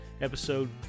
episode